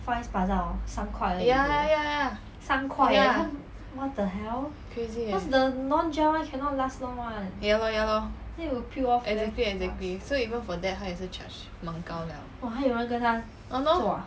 ya ya ya ya ya crazy eh ya lor ya lor exactly exactly so even for that 她也是 charge 蛮高的 ah lor